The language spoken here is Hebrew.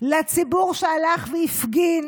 לציבור שהלך והפגין